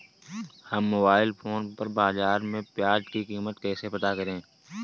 हम mobile phone पर बाज़ार में प्याज़ की कीमत कैसे पता करें?